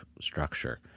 structure